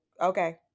okay